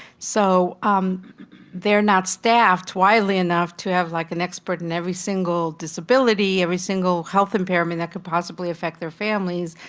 so um they're not staffed widely enough to have like an expert in every single disability, every single health impairment that could possibly affect their families.